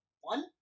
One